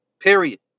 Period